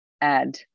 add